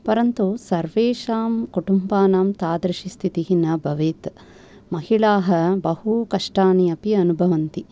परन्तु सर्वेषां कुटुम्बानां तादृशी स्थितिः न भवेत् महिलाः बहु कष्टानि अपि अनुभवन्ति